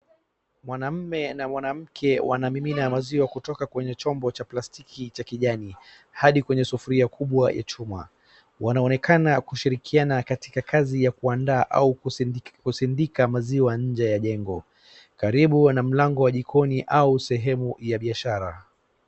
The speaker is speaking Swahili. Mwanaume na mwanamke wanamimina maziwa kutoka kwenye chombo cha plastiki cha kijani hadi kwa sufuria kubwa ya chuma. Wanaonekana kushirikiana katika kazi ya kuandaa au kusidika maziwa nje ya jengo karibu na mlango wa jikoni au sehemu ya biashara.